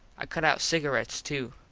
i cut out cigarets to.